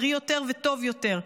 בריא יותר וטוב יותר.